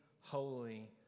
holy